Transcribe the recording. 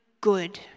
good